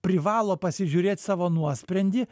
privalo pasižiūrėt savo nuosprendį